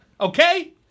Okay